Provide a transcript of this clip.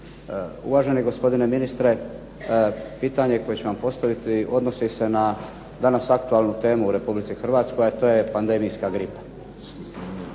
Uvaženi gospodine ministre pitanje koje ću vam postaviti odnosi se na danas aktualnu temu u Republici Hrvatskoj, a to je pandemijska gripa.